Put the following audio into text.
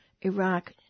Iraq